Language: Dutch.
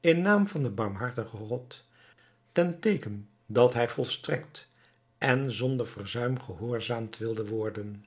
in naam van den barmhartigen god ten teeken dat hij volstrekt en zonder verzuim gehoorzaamd wilde worden